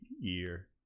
year